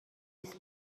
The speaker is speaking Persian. است